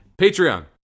Patreon